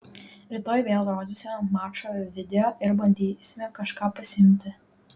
rytoj vėl rodysime mačo video ir bandysime kažką pasiimti